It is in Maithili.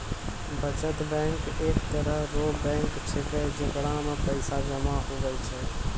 बचत बैंक एक तरह रो बैंक छैकै जेकरा मे पैसा जमा हुवै छै